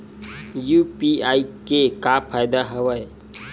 UPI के का फ़ायदा हवय?